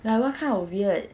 like what kind of weird